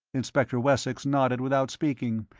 inspector wessex nodded without speaking,